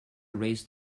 erase